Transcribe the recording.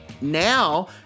now